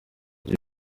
ibyo